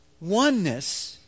oneness